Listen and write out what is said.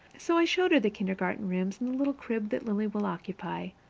so i showed her the kindergarten rooms and the little crib that lily will occupy,